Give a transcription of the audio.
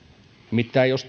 nimittäin jos